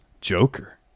Joker